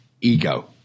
ego